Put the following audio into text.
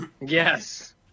Yes